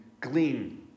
Glean